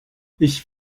ich